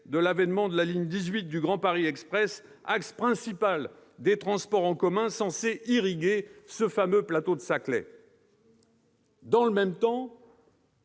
de l'avènement de la ligne 18 du Grand Paris Express, axe principal des transports en commun censés irriguer ce fameux plateau de Saclay. Dans le même temps,